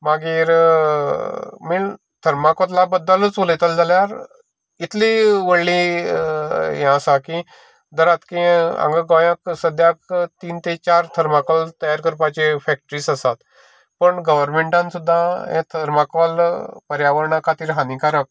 मागीर मेन थरमाकोला बद्दलच उलयतले जाल्यार इतली व्होडली यें आसा की आता गोंयाक सद्द्याक तीन ते चार थरमाकोल तयार करपाचे फेक्टरी आसा पूण गव्हरमेंटान सुद्दां यें थरमाकोल पर्यावरणा खातीर हानिकारक आसा